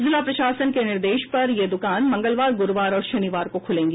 जिला प्रशासन के निर्देश पर ये द्वकान मंगलवार गुरूवार और शनिवार को खुलेंगी